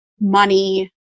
money